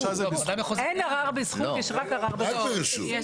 אין ערר בזכות, יש רק ערר ברשות.